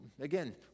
again